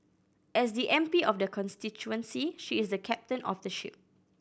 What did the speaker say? as the M P of the constituency she is the captain of the ship